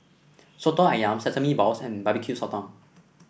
Soto ayam Sesame Balls and Barbecue Sotong